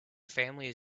family